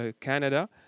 Canada